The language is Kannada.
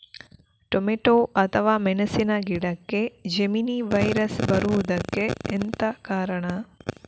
ಟೊಮೆಟೊ ಅಥವಾ ಮೆಣಸಿನ ಗಿಡಕ್ಕೆ ಜೆಮಿನಿ ವೈರಸ್ ಬರುವುದಕ್ಕೆ ಎಂತ ಕಾರಣ?